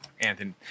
Anthony